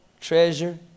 treasure